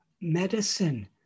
medicine